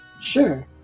sure